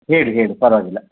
ಹೇಳಿ ಹೇಳಿ ಪರವಾಗಿಲ್ಲ